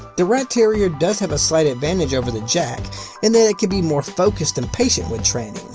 the rat terrier does have a slight advantage over the jack in that it can be more focused and patient with training,